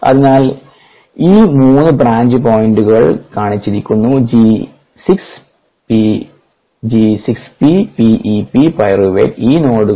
അതിനാൽ ഈ 3 ബ്രാഞ്ച് പോയിന്റുകൾ കാണിച്ചിരിക്കുന്നു G 6 P P E P pyruvate ഈ 3 നോഡുകൾ